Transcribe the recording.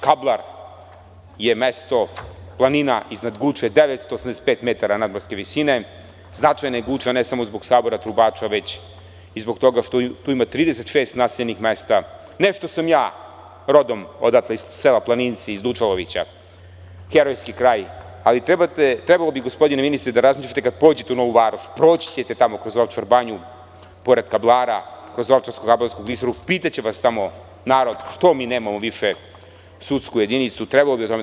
Kablar je mesto, planina iznad Guče 985 metara nadmorske visine, i značajna je Guča, ne samo zbog Sabora trubača, već i zbog toga što ima tu 36 naseljenih mesta, ne zato što sam ja rodom iz sela Planinci, iz Dučalovića, herojski kraj, ali trebalo bi gospodine ministre da razmišljate kada pođete u Novu Varoš, proći ćete tamo kroz Ovčar banju, pored Kablara, kroz Ovčarsko-Kablarsku klisuru i pitaće vas narod što mi nemamo više sudsku jedinicu, trebalo bi o tome da